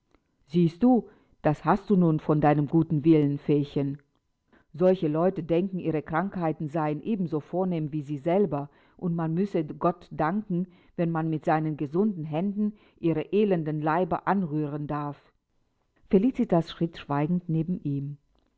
siehst du das hast du nun von deinem guten willen feechen solche leute denken ihre krankheiten seien ebenso vornehm wie sie selber und man müsse gott danken wenn man mit seinen gesunden händen ihre elenden leiber anrühren darf felicitas schritt schweigend neben ihm